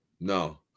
No